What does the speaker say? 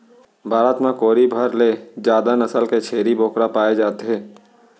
भारत म कोरी भर ले जादा नसल के छेरी बोकरा पाए जाथे